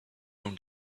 own